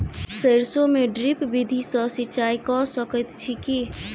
सैरसो मे ड्रिप विधि सँ सिंचाई कऽ सकैत छी की?